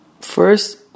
First